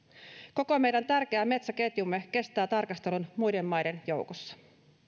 koko meidän tärkeä metsäketjumme kestää tarkastelun muiden maiden joukossa